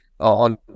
On